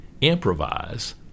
improvise